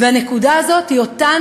והנקודה הזאת היא אותן